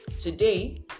Today